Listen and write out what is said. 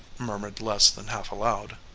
murmured less than half-aloud.